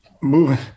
moving